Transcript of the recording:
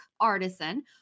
Artisan